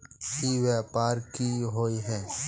ई व्यापार की होय है?